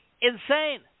insane